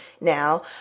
now